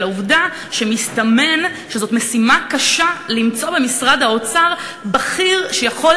העובדה שמסתמן שזו משימה קשה למצוא במשרד האוצר בכיר שיכול